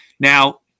Now